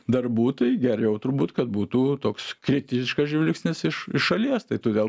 darbų tai geriau turbūt kad būtų toks kritiškas žvilgsnis iš iš šalies tai todėl